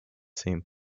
same